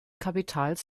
kapitals